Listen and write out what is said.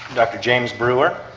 dr james brewer.